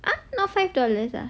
ah not five dollars ah